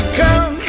come